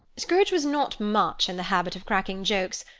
scrooge was not much in the habit of cracking jokes,